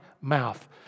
mouth